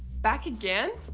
back again?